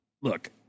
look